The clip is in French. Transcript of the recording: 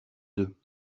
deux